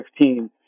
2015